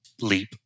leap